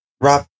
Rob